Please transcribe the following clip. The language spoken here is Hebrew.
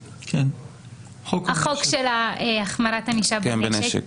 החוק של החמרת ענישה בנשק?